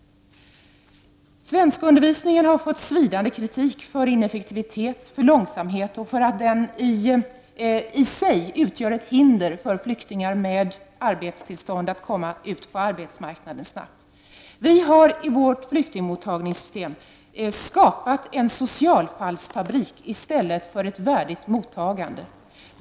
Svenskundervisningen har fått svidande kritik för ineffektivitet, för långsamhet och för att den i sig utgör ett hinder för flyktingar med arbetstillstånd när det gäller att snabbt komma ut på arbetsmarknaden. Vi har i vårt flyktingmottagningssystem skapat en socialfallsfabrik i stället för ett värdigt mottagande.